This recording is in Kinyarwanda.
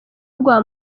rwa